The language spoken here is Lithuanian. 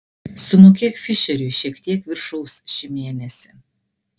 sumokėk fišeriui šiek tiek viršaus šį mėnesį